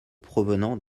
provenant